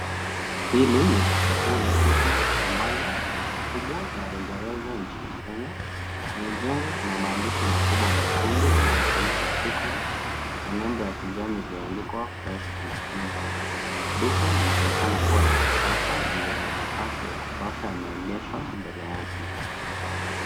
Hili ni duka kuu la Quickmart ambalo ni duka kubwa la rejareja nchini Kenya. Kwenye jengo kuna maandishi makubwa mekundu yanayosomeka Quickmart na nembo ya kijani iliyoandikwa Fresh and easy . Duka linaonekana kuwa la kisasa na lina nafasi ya kutosha la maegesho mbele yake.